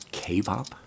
K-pop